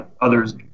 others